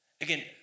Again